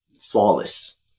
flawless